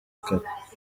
kare